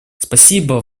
спасибо